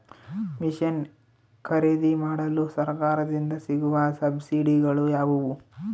Mission ಖರೇದಿಮಾಡಲು ಸರಕಾರದಿಂದ ಸಿಗುವ ಸಬ್ಸಿಡಿಗಳು ಯಾವುವು?